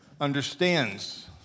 understands